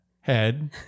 head